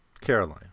Caroline